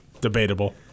Debatable